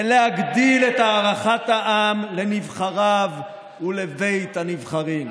ולהגדיל את הערכת העם לנבחריו ולבית הנבחרים.